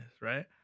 right